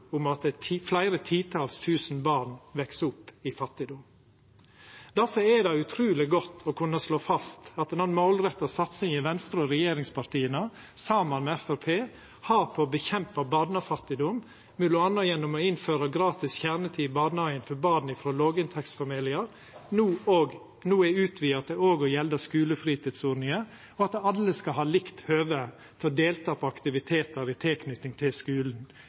om at fleire titals tusen barn veks opp i fattigdom. Difor er det utruleg godt å kunna slå fast at den målretta satsinga Venstre og regjeringspartia, saman med Framstegspartiet, har for å kjempa mot barnefattigdom, m.a. gjennom å innføra gratis kjernetid i barnehagane for barn frå låginntektsfamiliar, no er utvida til òg å gjelda skulefritidsordninga for at alle skal ha likt høve til å delta i aktivitetar i tilknyting til skulen,